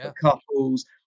couples